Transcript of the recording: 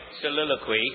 soliloquy